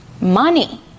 money